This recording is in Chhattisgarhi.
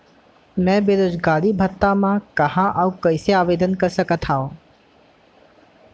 मैं बेरोजगारी भत्ता बर कहाँ अऊ कइसे आवेदन कर सकत हओं?